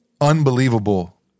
unbelievable